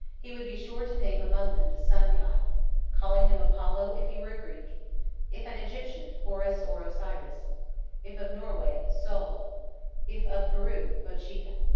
he would be sure to name among them the sun-god calling him apollo if he were a greek if an egyptian, horus or osiris if of norway, sol if of peru, bochica.